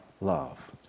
love